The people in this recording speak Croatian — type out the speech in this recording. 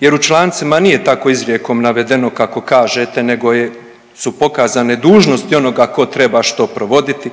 jer u člancima nije tako izrijekom navedeno kako kažete nego su pokazane dužnosti onoga tko treba što provoditi,